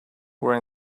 were